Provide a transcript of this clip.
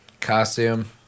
costume